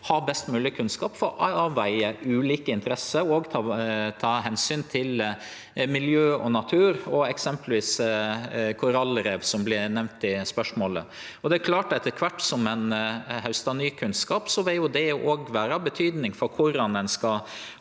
ha best mogleg kunnskap for å avvege ulike interesser og ta omsyn til miljø og natur, som f.eks. korallrev, som vart nemnt i spørsmålet. Det er klart at etter kvart som ein haustar ny kunnskap, vil det vere av betydning for korleis ein skal